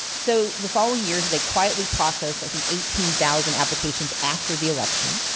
so the following year, they quietly process, i think, eighteen thousand application after the election.